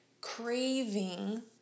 craving